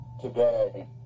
today